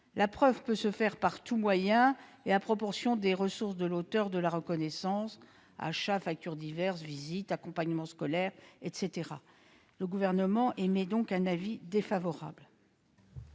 La preuve peut se faire par tous moyens et à proportion des ressources de l'auteur de la reconnaissance de filiation : achats, factures diverses, visites, accompagnement scolaire, etc. Le Gouvernement émet donc un avis défavorable.